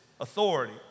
authority